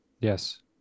Yes